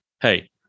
hey